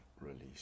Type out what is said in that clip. Release